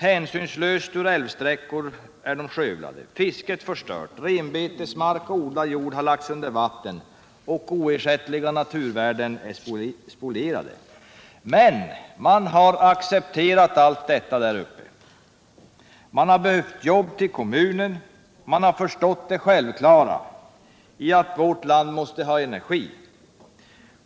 Hänsynslöst är älvsträckor skövlade, fisket förstört samt renbetesmark och odlad jord lagda under vatten. Oersättliga naturvärden är spolierade. Befolkningen där uppe har emellertid accepterat allt detta. Man har behövt jobb till kommunen, och man har också förstått det självklara i att vårt land måste ha energi.